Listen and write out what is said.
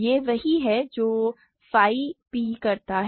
यह वही है जो phi p करता है